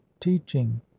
teaching